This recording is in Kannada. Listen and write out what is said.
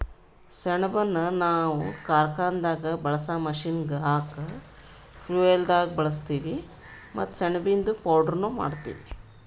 ಸೆಣಬನ್ನ ನಾವ್ ಕಾರ್ಖಾನೆದಾಗ್ ಬಳ್ಸಾ ಮಷೀನ್ಗ್ ಹಾಕ ಫ್ಯುಯೆಲ್ದಾಗ್ ಬಳಸ್ತೀವಿ ಮತ್ತ್ ಸೆಣಬಿಂದು ಪೌಡರ್ನು ಮಾಡ್ತೀವಿ